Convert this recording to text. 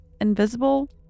invisible